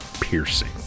piercing